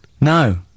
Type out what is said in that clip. No